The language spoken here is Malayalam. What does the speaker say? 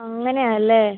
അങ്ങനെയാണല്ലേ